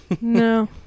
No